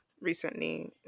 recently